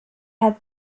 had